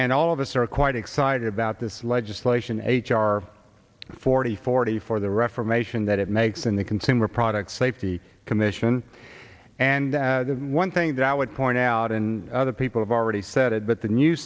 and all of us are quite excited about this legislation h r forty forty four the reformation that it makes in the consumer product safety commission and one thing that i would point out and other people have already said but the new